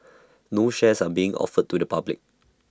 no shares are being offered to the public